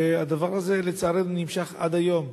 והדבר הזה, לצערנו, נמשך עד היום.